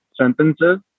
sentences